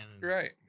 Right